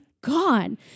gone